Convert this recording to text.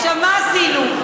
מה עשינו?